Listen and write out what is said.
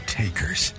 takers